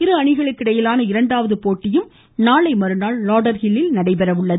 இரு அணிகளுக்கிடையிலான இரண்டாவது போட்டியும் நாளை மறுநாள் லாடர்ஹில்லில் நடைபெறுகிறது